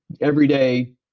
everyday